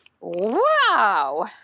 Wow